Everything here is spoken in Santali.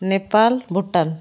ᱱᱮᱯᱟᱞ ᱵᱷᱩᱴᱟᱱ